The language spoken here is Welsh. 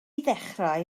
ddechrau